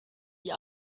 die